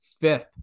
fifth